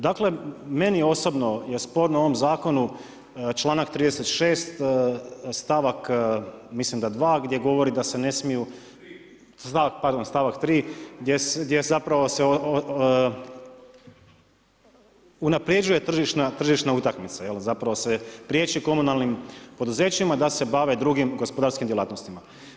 Dakle, meni osobno je sporno u ovom zakonu članak 36., stavak mislim da 2. gdje govori da se ne smiju pardon, stavak 3. gdje zapravo se unapređuje tržišna utakmica, jel, zapravo se priječi komunalnim poduzećima da se bave drugim gospodarskim djelatnostima.